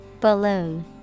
Balloon